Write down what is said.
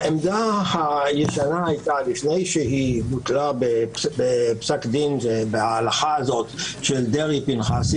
העמדה הישנה לפני שהיא בוטלה בפסק דין ובהלכה של דרעי-פנחסי,